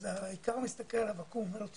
האיכר מסתכל עליו עקום ואומר לו,